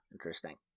interesting